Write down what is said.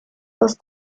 aus